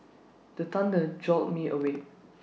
the thunder jolt me awake